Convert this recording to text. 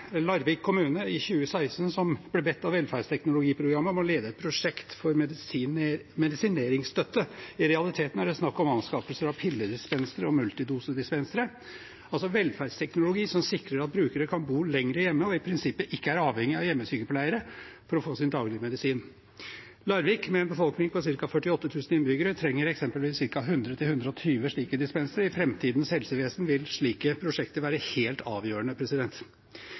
Larvik kommune i 2016, som via velferdsteknologiprogrammet ble bedt om å lede et prosjekt for medisineringsstøtte. I realiteten er det snakk om anskaffelser av pilledispensere og multidosedispensere, altså velferdsteknologi som sikrer at brukere kan bo lenger hjemme og i prinsippet ikke er avhengige av hjemmesykepleiere for å få sin daglige medisin. Larvik, med en befolkning på ca. 48 000 innbyggere, trenger eksempelvis ca. 100–120 slike dispensere. I framtidens helsevesen vil slike prosjekter være helt avgjørende.